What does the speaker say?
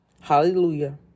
Hallelujah